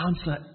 answer